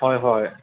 হয় হয়